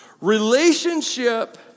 relationship